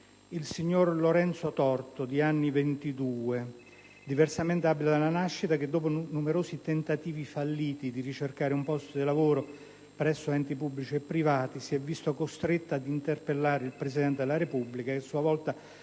il signor Lorenzo Torto, di anni 22, diversamente abile dalla nascita, che dopo numerosi tentativi falliti di ricercare un posto di lavoro presso enti pubblici e privati si è visto costretto ad interpellare il Presidente della Repubblica, il quale, a sua volta,